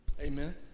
Amen